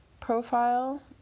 profile